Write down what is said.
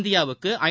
இந்தியாவுக்கு ஐ